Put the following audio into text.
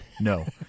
no